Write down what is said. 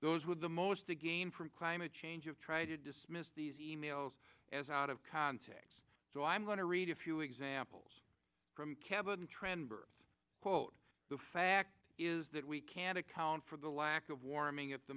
those with the most to gain from climate change of try to dismiss these emails as out of context so i'm going to read a few examples from kevin trenberth quote the fact is that we can't account for the lack of warming at the